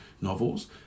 novels